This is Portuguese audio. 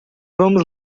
vamos